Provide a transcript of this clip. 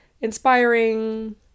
inspiring